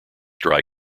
dry